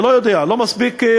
אני לא יודע, לא בחנתי מספיק.